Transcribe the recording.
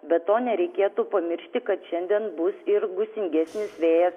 be to nereikėtų pamiršti kad šiandien bus ir gūsingesnis vėjas